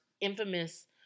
Infamous